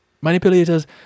Manipulators